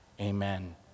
Amen